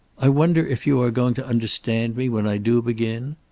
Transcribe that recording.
i wonder if you are going to understand me, when i do begin?